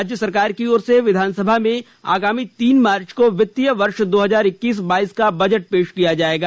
राज्य सरकार की ओर से विधानसभा में आगामी तीन मार्च को वित्तीय वर्ष दो हजार इक्कीस बाईस का बजट पेश किया जाएगा